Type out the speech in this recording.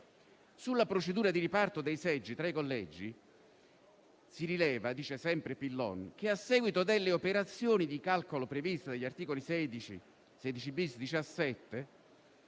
«Sulla procedura di riparto dei seggi tra i collegi, si rileva» dice sempre Pillon «che, a seguito delle operazioni di calcolo previste dagli articoli 16,